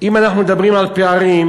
אם אנחנו מדברים על פערים,